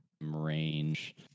range